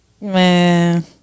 Man